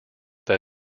that